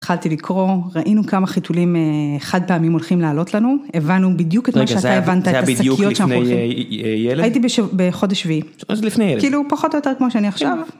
התחלתי לקרוא, ראינו כמה חיתולים חד פעמים הולכים לעלות לנו. הבנו בדיוק את מה שאתה הבנת את השקיות שאנחנו הולכים... רגע, זה היה בדיוק לפני ילד? הייתי בחודש שביעי. אז לפני ילד. כאילו פחות או יותר כמו שאני עכשיו.